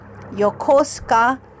Yokosuka